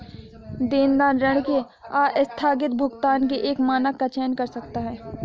देनदार ऋण के आस्थगित भुगतान के एक मानक का चयन कर सकता है